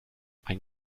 ein